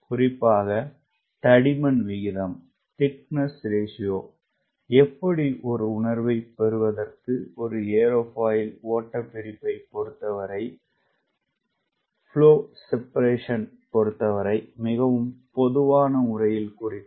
குறிப்பாக தடிமன் விகிதம் எப்படி ஒரு உணர்வைப் பெறுவதற்கு ஒரு ஏரோஃபாயில் ஓட்டப் பிரிப்பைப் பொறுத்தவரை மிகவும் பொதுவான முறையில் குறிக்கும்